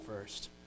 first